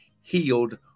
healed